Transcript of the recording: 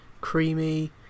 creamy